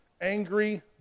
angry